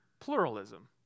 pluralism